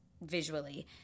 visually